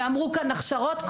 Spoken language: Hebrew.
ואמרו כאן הכשרות,